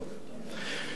כנסת נכבדה,